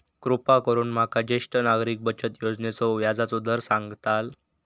कृपा करून माका ज्येष्ठ नागरिक बचत योजनेचो व्याजचो दर सांगताल